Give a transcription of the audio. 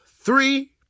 three